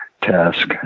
task